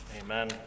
Amen